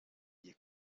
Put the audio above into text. ihr